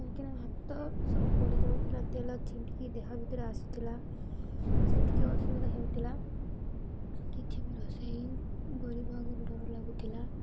କାହିଁକିନା ଭାତ ସବୁ ପୋଡ଼ିଯାଉଥିଲା ତେଲ ଛିଟିକିକି ଦେହ ଭିତରେ ଆସୁଥିଲା ସେତିକି ଅସୁବିଧା ହେଉଥିଲା କିଛି ବି ରୋଷେଇ କରିବା ଆଗରୁ ଡର ଲାଗୁଥିଲା